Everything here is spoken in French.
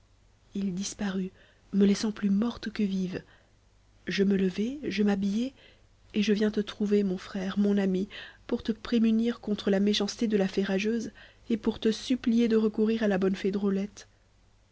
il disparut me laissant plus morte que vive je me levai je m'habillai et je viens te trouver mon frère mon ami pour te prémunir contre la méchanceté de la fée rageuse et pour te supplier de recourir à la bonne fée drôlette